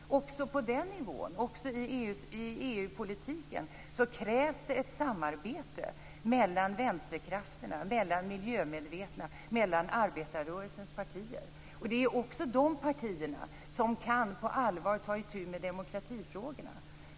Också på den nivån, i EU-politiken, krävs ett samarbete mellan vänsterkrafterna, mellan miljömedvetna, mellan arbetarrörelsens partier. Det är också de partierna som på allvar kan ta itu med demokratifrågorna.